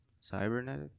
cybernetic